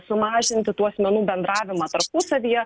sumažinti tų asmenų bendravimą tarpusavyje